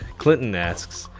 clinton asks,